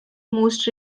most